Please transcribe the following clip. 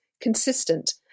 consistent